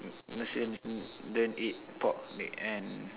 Muslims don't eat pork and